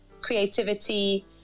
creativity